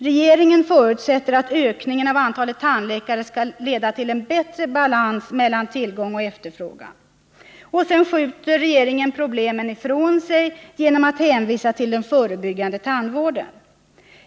Regeringen förutsätter att ökningen av antalet tandläkare skall leda till en bättre balans mellan tillgång och efterfrågan. Sedan skjuter 2” regeringen problemen ifrån sig genom att hänvisa till den förebyggande tandvården.